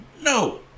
no